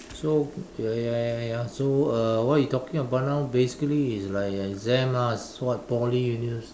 so ya ya ya ya so uh what you talking about now basically is like exam lah what Poly universi~